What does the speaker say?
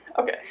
Okay